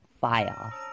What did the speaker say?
Fire